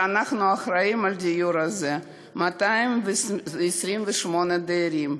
ואנחנו אחראים על הדיור הזה, 228 דיירים,